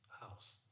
house